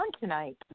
tonight